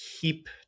keep